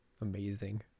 Amazing